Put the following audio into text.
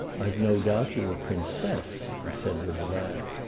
i've no doubt you're a princess! he said with a laugh.